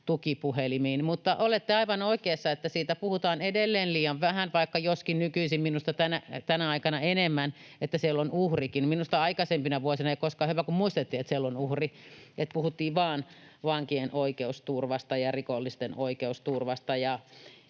tukipuhelimiin. Mutta olette aivan oikeassa, että edelleen puhutaan liian vähän siitä, että on uhrikin — joskin nykyisin, tänä aikana, enemmän. Minusta aikaisempina vuosina ei koskaan, hyvä kun muistettiin, että on uhri, puhuttiin vain vankien oikeusturvasta ja rikollisten oikeusturvasta.